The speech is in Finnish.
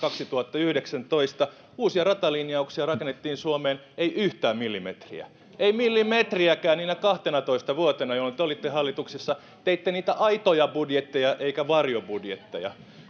viiva kaksituhattayhdeksäntoista uusia ratalinjauksia rakennettiin suomeen ei yhtään millimetriä ei millimetriäkään niinä kahtenatoista vuotena jolloin te olitte hallituksessa ja teitte niitä aitoja budjetteja eikä varjobudjetteja